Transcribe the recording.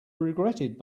regretted